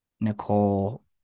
Nicole